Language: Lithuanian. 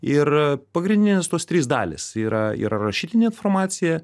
ir pagrindinės tos trys dalys yra yra rašytinė informacija